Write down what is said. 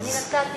שנתתי